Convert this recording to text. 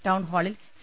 ടൌൺഹാളിൽ സി